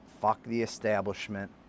fuck-the-establishment